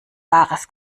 wahres